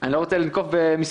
אני לא רוצה לנקוב במספר,